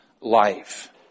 life